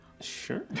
Sure